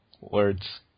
words